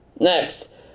Next